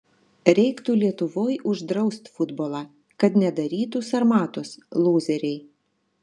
reiktų lietuvoj uždraust futbolą kad nedarytų sarmatos lūzeriai